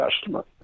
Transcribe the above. testament